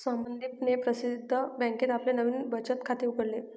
संदीपने प्रसिद्ध बँकेत आपले नवीन बचत खाते उघडले